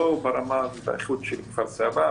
לא ברמה ובאיכות של כפר סבא,